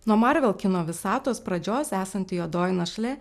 nuo marvel kino visatos pradžios esanti juodoji našlė